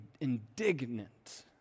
indignant